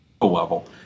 level